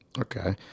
Okay